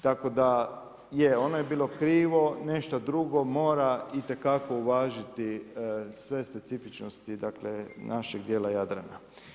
Tako da je ono je bilo krivo, nešto drugo mora itekako uvažiti sve specifičnosti našeg dijela Jadrana.